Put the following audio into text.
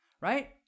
Right